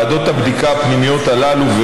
ועדות הבדיקה הפנימיות הללו,